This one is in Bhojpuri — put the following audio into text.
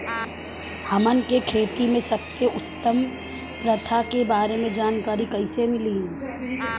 हमन के खेती में सबसे उत्तम प्रथा के बारे में जानकारी कैसे मिली?